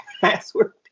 password